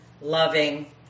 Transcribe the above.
loving